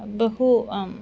बहु आम्